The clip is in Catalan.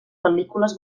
pel·lícules